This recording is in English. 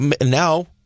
Now